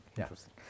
Interesting